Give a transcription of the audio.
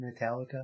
metallica